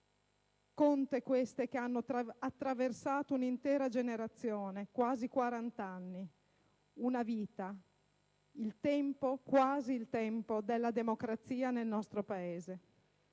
Conte, queste, che hanno attraversato un'intera generazione: quasi quarant'anni, una vita, quasi il tempo della democrazia nel nostro Paese.